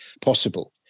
possible